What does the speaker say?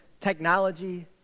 Technology